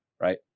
right